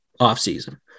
offseason